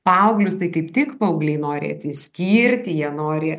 paauglius tai kaip tik paaugliai nori atsiskirti jie nori